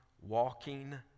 walking